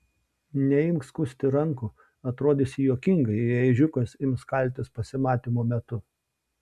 neimk skusti rankų atrodysi juokingai jei ežiukas ims kaltis pasimatymo metu